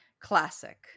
Classic